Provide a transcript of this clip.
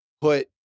put